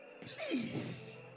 Please